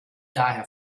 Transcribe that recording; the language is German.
daher